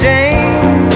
Jane